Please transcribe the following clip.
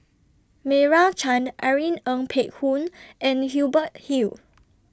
Meira Chand Irene Ng Phek Hoong and Hubert Hill